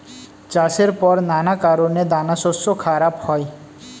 চাষের পর নানা কারণে দানাশস্য খারাপ হয়